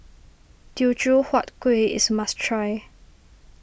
Teochew Huat Kueh is must try